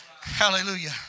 Hallelujah